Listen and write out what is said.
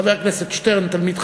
חבר הכנסת שטרן תלמיד חכם,